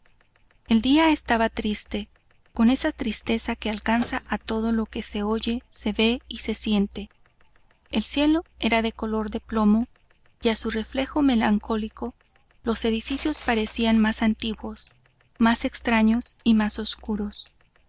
el día estaba triste con esa tristeza que alcanza a todo lo que se oye se ve y se siente el cielo era de color de plomo y a su reflejo melancólico los edificios parecían más antiguos más extraños y más oscuros